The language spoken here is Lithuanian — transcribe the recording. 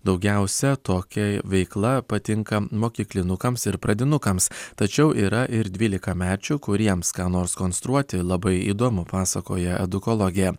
daugiausia tokia veikla patinka mokyklinukams ir pradinukams tačiau yra ir dvylikamečių kuriems ką nors konstruoti labai įdomu pasakoja edukologė